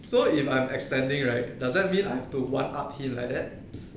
so if I'm extending right does that mean I have to one up him like that